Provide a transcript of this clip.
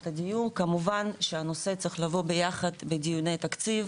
הדיור כמובן שהנושא צריך לבוא ביחד בדיוני התקציב